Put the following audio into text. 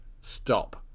stop